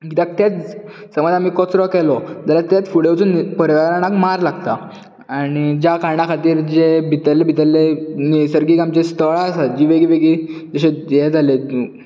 कित्याक तेच समज आमी कचरो केलो जाल्यार तेच फुडें वचून पर्यावरणाक मार लागता आनी ज्या कारणा खातीर जे भितरले भितरले नैसर्गीक आमचे स्थळां जी वेगळी वेगळी हे जाले